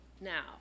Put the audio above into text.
Now